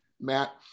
Matt